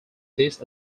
this